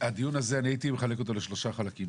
הדיון הזה, אני הייתי מחלק אותו לשלושה חלקים.